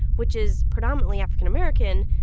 which is predominantly african american,